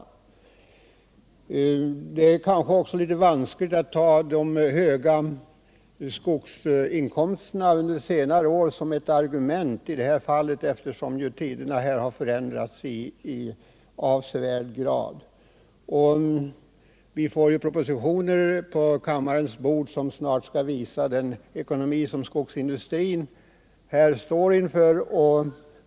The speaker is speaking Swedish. Och det är kanske lite vanskligt att anföra de stora skogsinkomsterna under senare år som ett argument i det här fallet, eftersom tiderna har förändrats i avsevärd grad. Vi får snart propositioner på kammarens bord som visar vilken besvärlig ekonomisk situation skogsindustrin står inför.